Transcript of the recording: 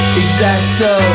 exacto